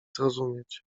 zrozumieć